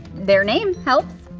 their name helps.